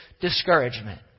discouragement